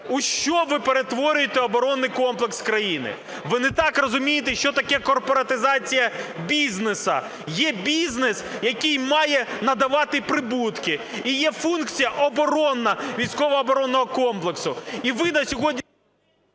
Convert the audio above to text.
у що ви перетворюєте оборонний комплекс країни? Ви не так розумієте, що таке корпоратизація бізнесу, є бізнес, який має надавати прибутки і є функція оборонна військово-оборонного комплексу,